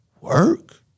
work